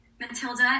Matilda